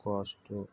কষ্ট